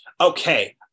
Okay